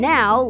Now